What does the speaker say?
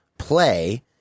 play